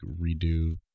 redo